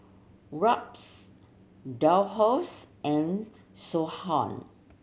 Robs Dolphus and Siobhan